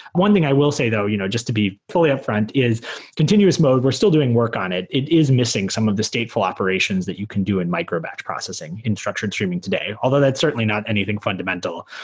one thing i will say though you know just to be fully upfront is continuous mode, we're still doing work on it. it is missing some of the stateful operations that you can do in micro-batch processing in structured streaming today, although that's certainly not anything fundamental.